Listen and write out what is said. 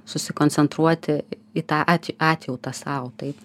susikoncentruoti į tą at atjautą sau taip